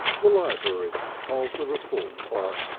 the library of the reform club.